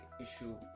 issue